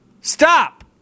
Stop